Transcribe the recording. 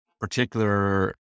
particular